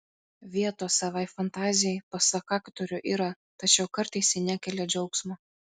vietos savai fantazijai pasak aktorių yra tačiau kartais ji nekelia džiaugsmo